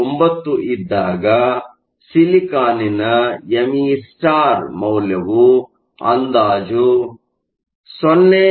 9 ಇದ್ದಾಗ ಸಿಲಿಕಾನ್ನ ಎಂಇ ಸ್ಟಾರ್me ಮೌಲ್ಯವು ಅಂದಾಜು 0